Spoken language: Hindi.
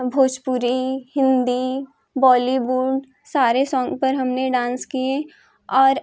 भोजपुरी हिंदी बॉलीवुड सारे सोंग पर हमने डांस किए और